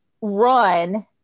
run